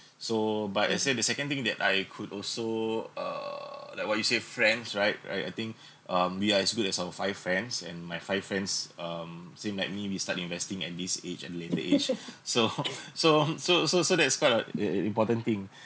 so but I said the second thing that I could also uh like what you said friends right right I think um we are as good as our five friends and my five friends um same like me we start investing at this age and later age so so so so so that's quite a im~ important thing